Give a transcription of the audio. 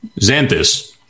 Xanthus